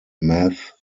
math